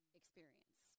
experience